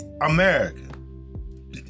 American